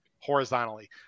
horizontally